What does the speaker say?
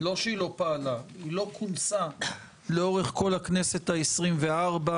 לא שהיא לא פעלה לאורך כל הכנסת העשרים-וארבע,